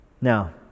Now